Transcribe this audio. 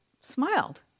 smiled